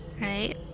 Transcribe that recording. Right